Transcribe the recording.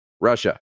Russia